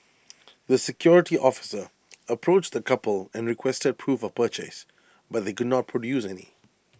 the security officer approached the couple and requested proof of purchase but they could not produce any